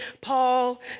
Paul